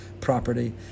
property